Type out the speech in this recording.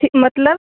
ਮਤਲਬ